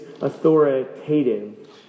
authoritative